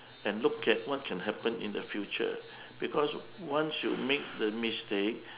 and look at what can happen in the future because once you make the mistake